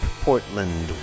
Portland